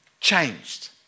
changed